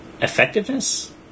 Effectiveness